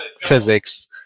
physics